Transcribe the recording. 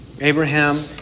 Abraham